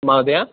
महोदय